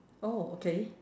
oh okay